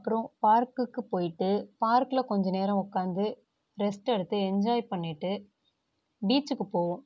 அப்புறோம் பார்க்குக்கு போய்ட்டு பார்க்கில் கொஞ்சம் நேரம் உக்காந்து ரெஸ்ட் எடுத்து என்ஜாய் பண்ணிட்டு பீச்சுக்கு போவோம்